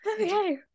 okay